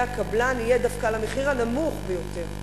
הקבלן יהיה דווקא על המחיר הנמוך ביותר,